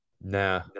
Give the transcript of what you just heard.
Nah